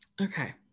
okay